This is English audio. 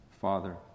Father